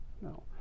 No